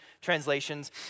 translations